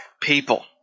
People